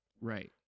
Right